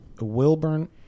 Wilburn